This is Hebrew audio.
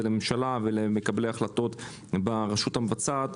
לממשלה ולמקבלי החלטות ברשות המבצעת.